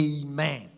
Amen